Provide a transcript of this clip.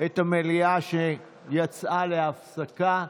את המליאה שיצאה להפסקה.